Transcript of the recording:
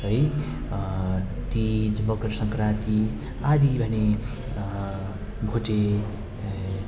है तीज मकर सङ्क्रान्ति आदि भने भोटे